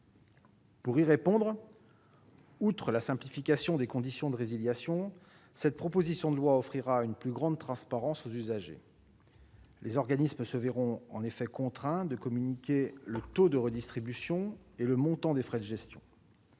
Pour y répondre, outre la simplification des conditions de résiliation, cette proposition de loi offrira une plus grande transparence aux usagers : les organismes seront contraints de communiquer leur taux de redistribution et le montant de leurs frais de gestion.